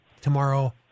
tomorrow